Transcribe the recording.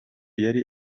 yari